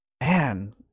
man